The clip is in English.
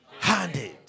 handed